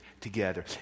together